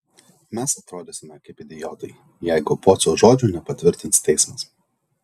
mes atrodysime kaip idiotai jeigu pociaus žodžių nepatvirtins teismas